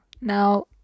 Now